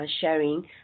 sharing